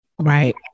right